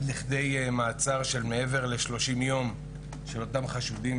לכדי מעצר של מעבר ל-30 יום של אותם חשודים,